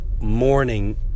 morning